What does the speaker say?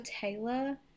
taylor